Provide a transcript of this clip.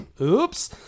Oops